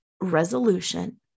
resolution